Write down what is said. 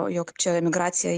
jog čia emigracija